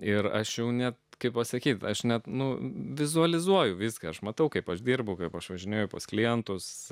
ir aš jau ne kaip pasakyti aš net nu vizualizuoju viską aš matau kaip aš dirbu kaip aš važinėju pas klientus